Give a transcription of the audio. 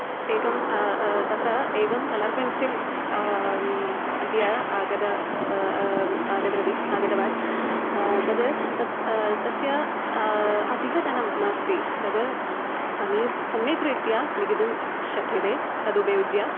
एकं तत्र एकं कळर् पेन्सिल् अद्य आगतम् आगतवती आगतवान् तद् तत् तस्य अधिकं धनं नास्ति तद् समीपं सम्यग्रीत्या लिखितुं शक्यते तदुपयुज्य